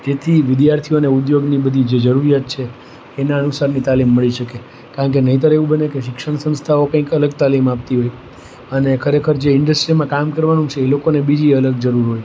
જેથી વિદ્યાર્થીઓને ઉદ્યોગની જે બધી જરૂરિયાત છે એના અનુસારની તાલીમ મળી શકે કારણ કે નહીંતર એવું બને કે શિક્ષણ સંસ્થાઓ કંઈક અલગ તાલીમ આપતી હોય અને ખરેખર જે ઇન્સ્ટ્રીમાં કામ કરવાનું છે એ લોકોને બીજી અલગ જરૂર હોય